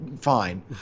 fine